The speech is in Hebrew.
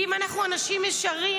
ואם אנחנו אנשים ישרים,